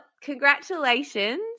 congratulations